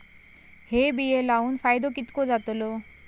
हे बिये लाऊन फायदो कितको जातलो?